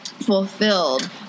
fulfilled